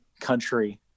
country